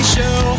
Show